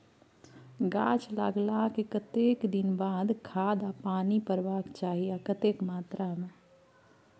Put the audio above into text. गाछ लागलाक कतेक दिन के बाद खाद आ पानी परबाक चाही आ कतेक मात्रा मे?